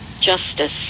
Justice